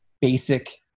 basic